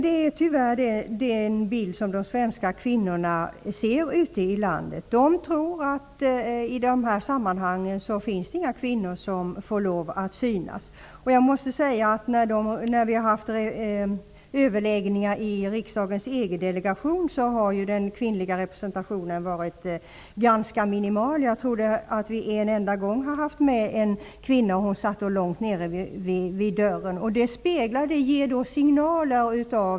Det är tyvärr den bild som de svenska kvinnorna ute i landet ser. De tror inte att kvinnor får lov att synas i de här sammanhangen. Vid överläggningar i riksdagens EG-delegation har den kvinnliga representationen varit ganska minimal. Jag tror att det är en enda gång som en kvinna har deltagit. Hon satt då långt nere vid dörren.